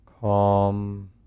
calm